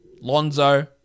Lonzo